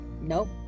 nope